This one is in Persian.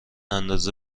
اندازه